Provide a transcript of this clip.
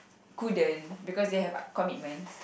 couldn't because they have commitments